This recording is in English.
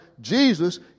Jesus